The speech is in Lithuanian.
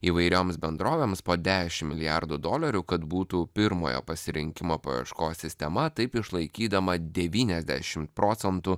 įvairioms bendrovėms po dešim milijardų dolerių kad būtų pirmojo pasirinkimo paieškos sistema taip išlaikydama devyniasdešim procentų